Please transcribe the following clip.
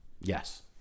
Yes